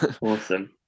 Awesome